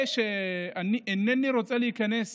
אינני רוצה להיכנס